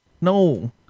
No